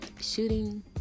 shooting